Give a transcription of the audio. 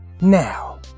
now